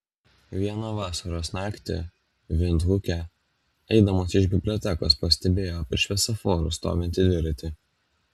vieną vasaros naktį vindhuke eidamas iš bibliotekos pastebėjo prie šviesoforo stovintį dviratį